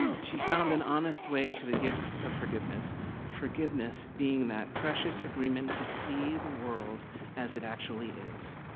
she found an honest way to the gifts of forgiveness forgiveness, being that precious agreement to see the world as it actually is.